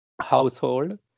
household